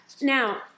Now